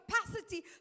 capacity